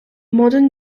modern